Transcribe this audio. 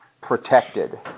protected